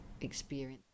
experience